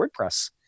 WordPress